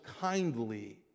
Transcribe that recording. kindly